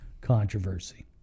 controversy